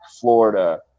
Florida